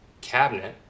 cabinet